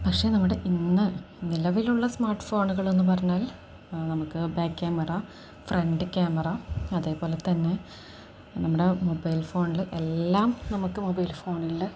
പക്ഷേ നമ്മുടെ ഇന്ന് നിലവിലുള്ള സ്മാർട്ട് ഫോണുകളെന്ന് പറഞ്ഞാൽ നമുക്ക് ബാക്ക് ക്യാമറ ഫ്രണ്ട് ക്യാമറ അതേപോലെ തന്നെ നമ്മുടെ മൊബൈൽ ഫോണിൽ എല്ലാം നമുക്ക് മൊബൈൽ ഫോണിൽ